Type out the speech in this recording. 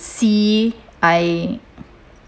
sea I